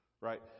Right